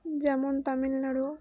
যেমন তামিলনাড়ু